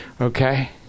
okay